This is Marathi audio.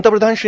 पंतप्रधान श्री